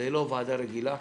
זו לא ועדה רגילה.